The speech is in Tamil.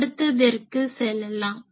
அடுத்ததிற்கு செல்லலாம்